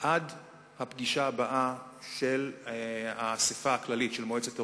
עד הפגישה הבאה של האספה הכללית של מועצת אירופה,